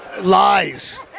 Lies